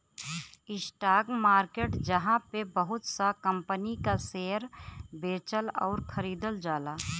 stock market जहाँ पे बहुत सा कंपनी क शेयर बेचल आउर खरीदल जाला